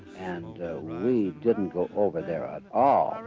and didn't go over there at all!